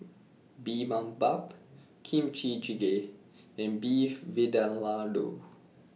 Bibimbap Kimchi Jjigae and Beef Vindaloo